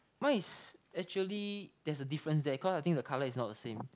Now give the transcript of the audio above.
mine is actually there's a difference there cause I think the colour is not the same